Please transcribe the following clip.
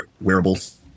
wearables